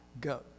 go